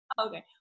okay